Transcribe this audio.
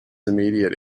immediate